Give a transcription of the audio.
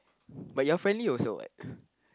but you're friendly also what